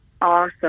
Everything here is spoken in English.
awesome